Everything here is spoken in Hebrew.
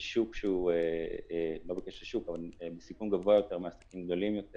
נמצאים בסיכון גבוה יותר מעסקים גדולים יותר